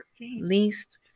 least